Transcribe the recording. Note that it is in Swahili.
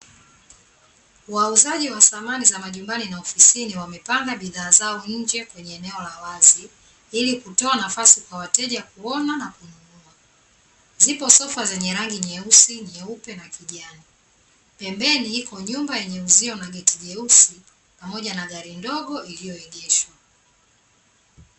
Wauzaji wa samani za majumbani na ofisini wamepanga bidhaa zao nje kwenye eneo la wazi, ili kutoa nafasi kwa wateja kuona na kununua. Ziko sofa zenye rangi nyeusi, nyeupe, na kijani. Pembeni iko nyumba yenye uzio na geti jeusi, pamoja na gari ndogo iliyoegeshwa.